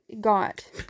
got